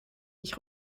nicht